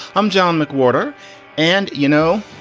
i'm john mcwhorter and you know,